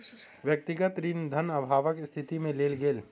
व्यक्तिगत ऋण धन अभावक स्थिति में लेल गेल